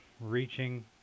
reaching